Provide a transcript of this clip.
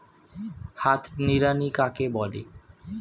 হাত নিড়ানি কাকে বলে?